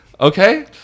Okay